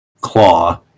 claw